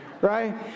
right